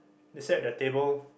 they sit at their table